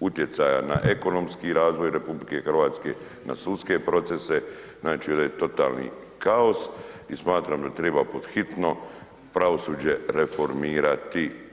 utjecaja na ekonomski razvoj RH, na sudske procese, znači ovdje je totalni kaos i smatram da treba pod hitno pravosuđe reformirati.